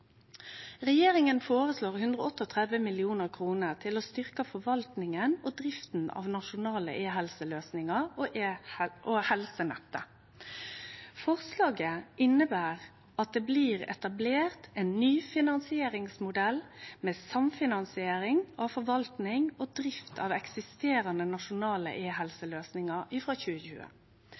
Regjeringa føreslår 138 mill. kr til å styrkje forvaltinga og drifta av nasjonale e-helseløysingar og Helsenettet. Forslaget inneber at det blir etablert ein ny finansieringsmodell med samfinansiering av forvaltning og drift av eksiseterande nasjonale e-helseløysingar frå 2020.